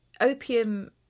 opium